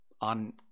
on